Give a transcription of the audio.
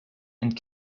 and